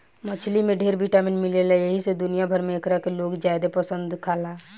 मछली में ढेर विटामिन मिलेला एही से दुनिया भर में एकरा के लोग ज्यादे पसंद से खाला